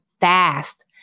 fast